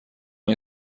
این